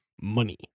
money